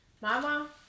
Mama